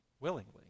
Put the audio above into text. Willingly